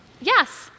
Yes